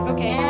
Okay